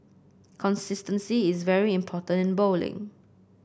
consistency is very important in bowling